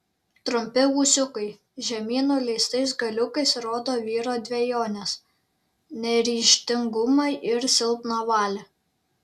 trumpi ūsiukai žemyn nuleistais galiukais rodo vyro dvejones neryžtingumą ir silpną valią